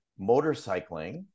motorcycling